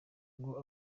ngo